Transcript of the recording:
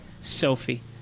Sophie